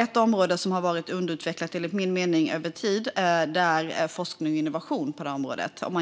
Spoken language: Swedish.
Ett område som enligt min mening har varit underutvecklat över tid